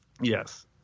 Yes